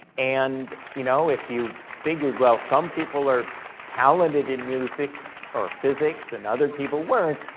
and you know if you figured, well some people are talented in music or physics and other people weren't,